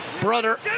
brother